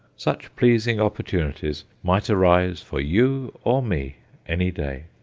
such pleasing opportunities might arise for you or me any day.